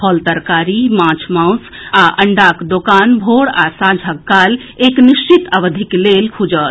फल तरकारी मांछ माउस आ अंडाक दोकान भोर आ सांझक समय एक निश्चित अवधिक लेल खुजत